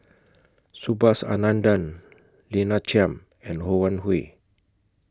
Subhas Anandan Lina Chiam and Ho Wan Hui